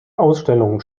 ausstellungen